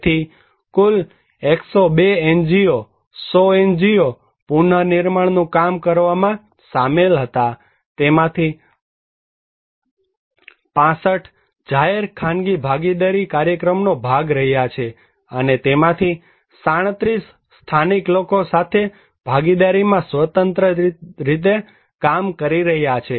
તેથી કુલ 102 NGO 100 NGO પુનર્નિર્માણનું કામ કરવામાં સામેલ હતા તેમાંથી 65 "જાહેર ખાનગી ભાગીદારી" કાર્યક્રમનો ભાગ રહ્યા છે અને તેમાંથી 37 સ્થાનિક લોકો સાથે ભાગીદારીમાં સ્વતંત્ર રીતે કામ કરી રહ્યા છે